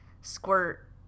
squirt